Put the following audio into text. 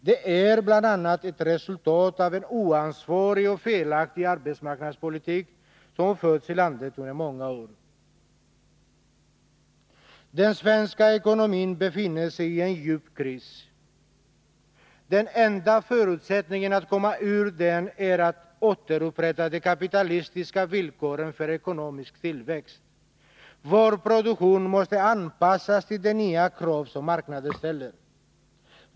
Den är ett resultat av bl.a. en oansvarig och felaktig arbetsmarknadspolitik, som har förts i landet under många år. ”Den svenska ekonomin befinner sig i en djup kris. Den enda förutsättningen att komma ur den är att återupprätta de kapitalistiska villkoren för ekonomisk tillväxt. Vår produktion måste anpassas till de nya krav som marknaden ställer.